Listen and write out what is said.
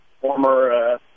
Former